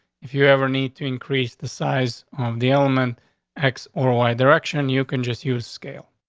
if you ever need to increase the size of the element x or y direction, you can just use scale.